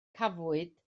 cafwyd